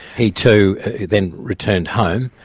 he too then returned home,